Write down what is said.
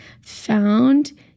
found